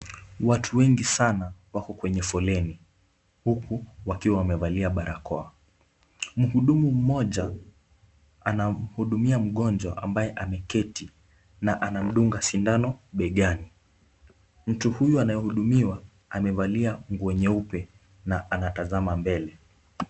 Watu wengi sana wako kwenye foleni, huku wakiwa wamevalia barakoa. Mhudumu mmoja anamhudumia mgonjwa ambaye ameketi na anamdunga sindano begani. Mtu huyu anayehudumiwa amevalia nguo nyeupe na anatazama mbele.